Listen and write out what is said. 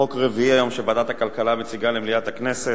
חוק רביעי היום שוועדת הכלכלה מציגה למליאת הכנסת.